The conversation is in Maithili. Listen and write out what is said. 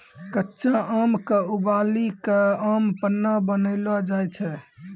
कच्चा आम क उबली कॅ आम पन्ना बनैलो जाय छै